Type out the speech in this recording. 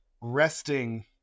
resting